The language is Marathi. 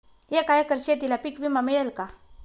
एका एकर शेतीला पीक विमा मिळेल का?